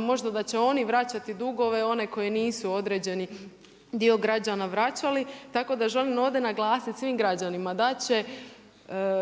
možda da će oni vraćati dugove one koje nisu određeni dio građani vraćali. Tako da želim ovdje naglasiti svim građanima, da će